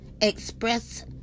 express